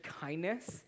kindness